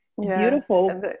beautiful